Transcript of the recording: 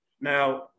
Now